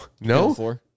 No